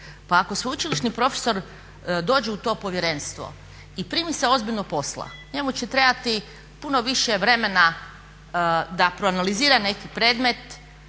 Pa ako sveučilišni profesor dođe u to Povjerenstvo i primi se ozbiljno posla njemu će trebati puno više vremena da proanalizira neki predmet,